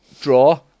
draw